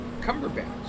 Cumberbatch